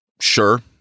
sure